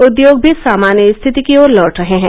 उद्योग भी सामान्य स्थिति की ओर लौट रहे हैं